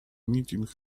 meeting